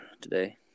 today